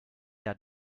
der